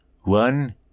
One